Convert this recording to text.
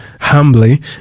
humbly